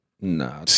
Nah